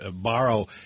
borrow